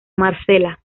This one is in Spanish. marsella